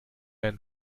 ein